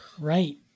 Right